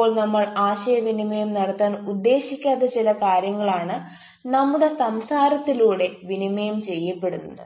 ചിലപ്പോൾ നമ്മൾ ആശയവിനിമയം നടത്താൻ ഉദ്ദേശിക്കാത്ത ചില കാര്യങ്ങളാണ് നമ്മുടെ സംസാരത്തിലൂടെ വിനിമയം ചെയ്യപ്പെടുന്നത്